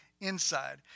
inside